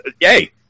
yay